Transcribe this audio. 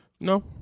No